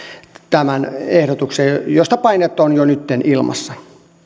tämän ehdotuksen josta painetta on jo nyt ilmassa